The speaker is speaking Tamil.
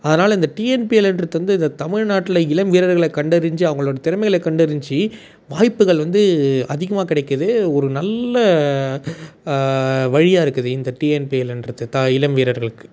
அதனால் இந்த டிஎன்பில்லுன்றது வந்து இந்த தமிழ்நாட்டில் இளம் வீரர்களை கண்டறிஞ்சு அவங்களோட திறமைகளை கண்டறிஞ்சு வாய்ப்புகள் வந்து அதிகமாக கிடைக்கிது ஒரு நல்ல வழியாக இருக்குது இந்த டிஎன்பிஎல்லுன்றது தான் இளம்வீரர்களுக்கு